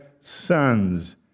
sons